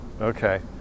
Okay